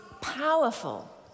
powerful